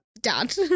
dad